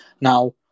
Now